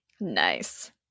Nice